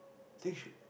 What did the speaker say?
I think she